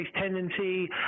tendency